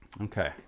Okay